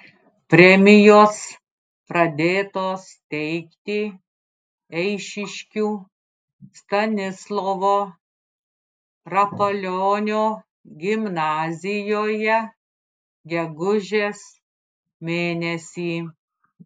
premijos pradėtos teikti eišiškių stanislovo rapolionio gimnazijoje gegužės mėnesį